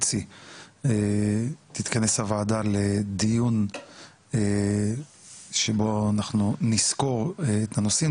תתכנס הוועדה לדיון שבוא אנחנו נסקור את הנושאים,